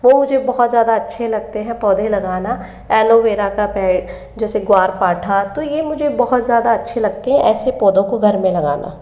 वो मुझे बहुत ज़्यादा अच्छे लगते हैं पौधे लगाना एलोवेरा का पेड़ जैसे गुआरपाठा तो ये मुझ बहुत ज़्यादा अच्छे लगते हैं ऐसे पौधे को घर में लगाना